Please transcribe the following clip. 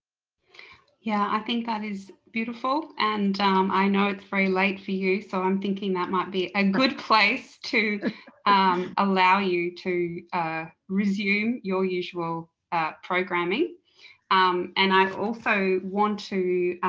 yeah, i think that is beautiful and i know it's very late like for you so i'm thinking that might be a good place to allow you to ah resume your usual programming and i also want to